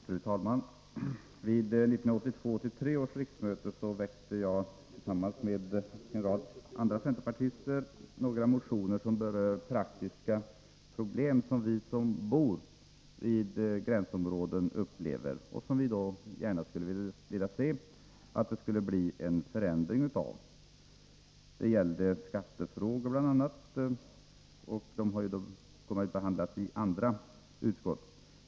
Fru talman! Vid 1982/83 års riksmöte väckte jag tillsammans med en rad andra centerpartister några motioner om praktiska problem som vi som bor i gränsområden upplever och som vi gärna skulle vilja se att det blir en förändring av. Det gällde bl.a. skattefrågor, och de behandlas i andra utskott.